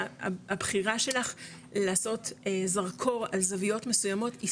הבחירה שלך לעשות 'זרקור' על זוויות מסוימות היא